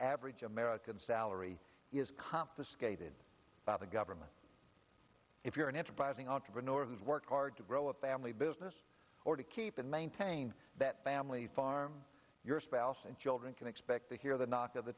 average american salary is confiscated by the government if you're an enterprising entrepreneur who's worked hard to grow a family business or to keep it maintained that family farm your spouse and children can expect to hear the knock of the